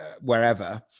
wherever